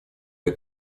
для